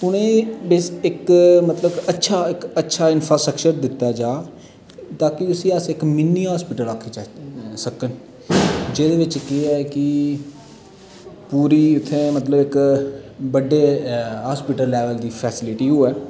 उनेंगी इक मतलब अच्छा इक अच्छा इन्फ्रास्ट्रक्चर दिता जा ताकी उस्सी अस इक मीनी हास्पिटल आखी सकन जेह्दे बिच केह् ऐ की पूरी उत्थे मतलब इक बड्डे हॉस्पिटल लेवल दी फैसिलिटी होऐ